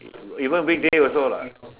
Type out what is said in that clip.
even weekday also lah